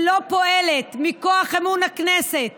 שלא פועלת מכוח אמון הכנסת